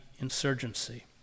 insurgency